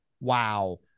wow